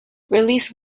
released